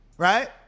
Right